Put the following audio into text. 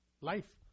life